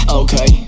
okay